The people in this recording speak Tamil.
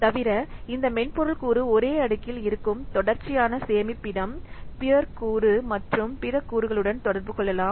தவிர இந்த மென்பொருள் கூறு ஒரே அடுக்கில் இருக்கும் தொடர்ச்சியான சேமிப்பிடம் பீர் கூறு மற்றும் பிற கூறுகளுடன் தொடர்பு கொள்ளலாம்